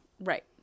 Right